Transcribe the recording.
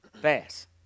Fast